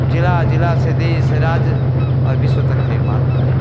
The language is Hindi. जिला जिला से देश राज और विश्व तक निर्माण हुआ है